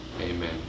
Amen